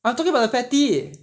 I'm talking about the patty